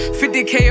50k